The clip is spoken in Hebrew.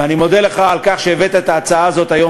ואני מודה לך על כך שהבאת את ההצעה הזאת היום